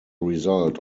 result